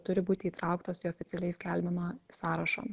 turi būti įtrauktos į oficialiai skelbiamą sąrašą